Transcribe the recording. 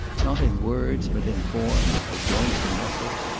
not in words, but in forms, of joints and muscles,